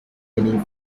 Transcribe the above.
any